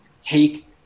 take